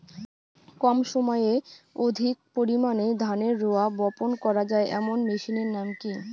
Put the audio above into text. কম সময়ে অধিক পরিমাণে ধানের রোয়া বপন করা য়ায় এমন মেশিনের নাম কি?